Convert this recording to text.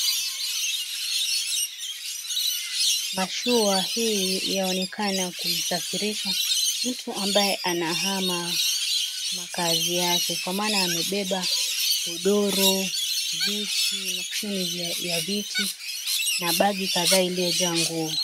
Mashua hii yaonekana kumsafirisha mtu ambaye anahama makazi yake kwa maana amebeba godoro, viti, makusheni ya viti na bagi kadhaa iliojaa nguo.